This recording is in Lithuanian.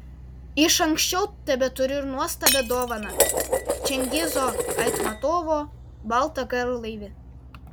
iš anksčiau tebeturiu ir nuostabią dovaną čingizo aitmatovo baltą garlaivį